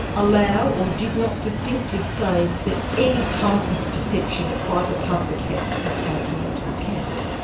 allow or did not distinctly say that any type of perception by the public has to be taken into account.